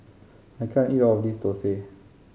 I can't eat all of this thosai